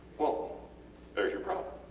well theres your problem.